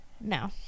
No